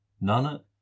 None